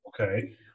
Okay